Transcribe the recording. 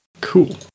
Cool